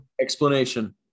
Explanation